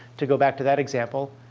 to go back to that example,